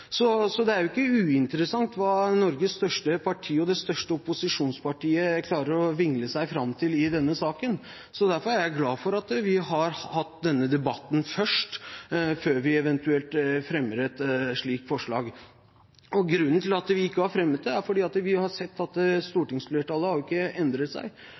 Det er jo ikke uinteressant hva Norges største parti og det største opposisjonspartiet klarer å vingle seg fram til i denne saken, så derfor er jeg glad for at vi har hatt denne debatten først, før vi eventuelt fremmer et slikt forslag. Grunnen til at vi ikke har fremmet det, er at vi har sett at stortingsflertallet ikke har endret seg,